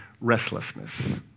restlessness